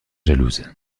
jalouse